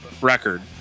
record